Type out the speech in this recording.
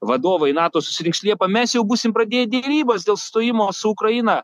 vadovai nato susirinks liepą mes jau būsim pradėję derybas dėl stojimo su ukraina